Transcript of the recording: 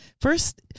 first